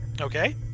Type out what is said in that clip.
Okay